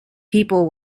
people